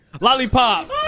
Lollipop